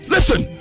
Listen